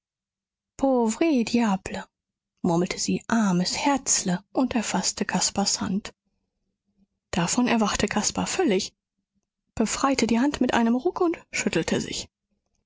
murmelte sie armes herzle und erfaßte caspars hand davon erwachte caspar völlig befreite die hand mit einem ruck und schüttelte sich